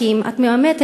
כי אם את מאמתת,